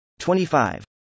25